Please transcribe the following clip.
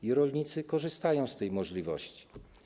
I rolnicy korzystają z tej możliwości.